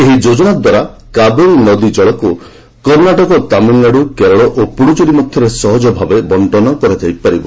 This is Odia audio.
ଏହି ଯୋଜନା ଦ୍ୱାରା କାବେରୀ ନଦୀ କଳକୁ କର୍ଷ୍ଣାଟକ ତାମିଲନାଡୁ କେରଳ ଓ ପୁଡ଼ୁଚେରୀ ମଧ୍ୟରେ ସହଜ ଭାବେ ବଣ୍ଟନ କରାଯାଇ ପାରିବ